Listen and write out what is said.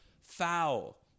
foul